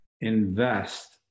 invest